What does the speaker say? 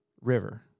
River